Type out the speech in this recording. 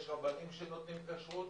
יש רבנים שנותנים כשרות,